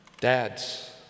Dads